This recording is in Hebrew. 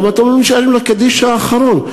למה אתם לא נשארים לקדיש האחרון?